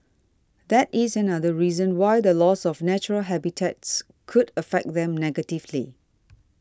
that is another reason why the loss of natural habitats could affect them negatively